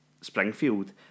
Springfield